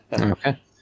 Okay